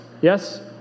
Yes